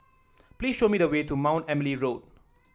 please show me the way to Mount Emily Road